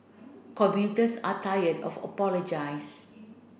commuters are tired of apologise